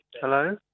Hello